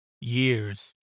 years